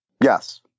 Yes